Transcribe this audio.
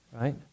right